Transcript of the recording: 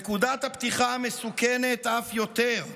נקודת הפתיחה מסוכנת אף יותר.